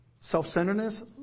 self-centeredness